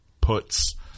puts